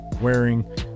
wearing